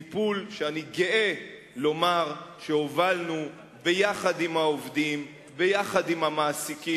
טיפול שאני גאה לומר שהובלנו יחד עם העובדים ויחד עם המעסיקים.